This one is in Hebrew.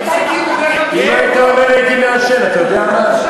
אם היית אומר, הייתי מעשן, אתה יודע מה?